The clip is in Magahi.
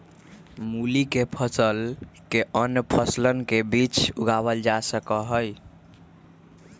मूली के फसल के अन्य फसलवन के बीच भी उगावल जा सका हई